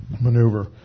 maneuver